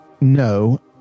No